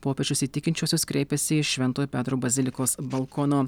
popiežius į tikinčiuosius kreipėsi iš šventojo petro bazilikos balkono